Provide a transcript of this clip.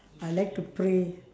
I like to pray